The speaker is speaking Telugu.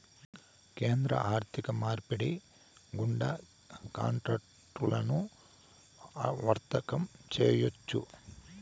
కేంద్ర ఆర్థిక మార్పిడి గుండా కాంట్రాక్టులను వర్తకం చేయొచ్చు